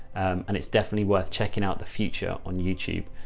and it's definitely worth checking out the future on youtube,